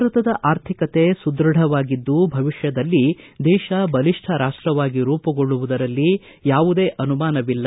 ಭಾರತದ ಅರ್ಥಿಕತೆ ಸುಧೃಢವಾಗಿದ್ದು ಭವಿಷ್ಯದಲ್ಲಿ ದೇತ ಬಲಿಷ್ಟ ರಾಷ್ಸವಾಗಿ ರೂಮಗೊಳ್ಳುವುದರಲ್ಲಿ ಯಾವುದೇ ಅನುಮಾನವಿಲ್ಲ